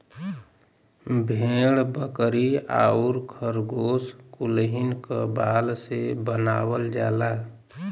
भेड़ बकरी आउर खरगोस कुलहीन क बाल से बनावल जाला